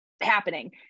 happening